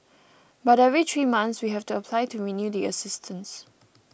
but every three months we have to apply to renew the assistance